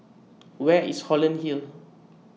Where IS Holland Hill